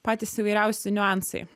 patys įvairiausi niuansai